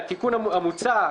שהתיקון המוצע,